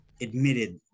admitted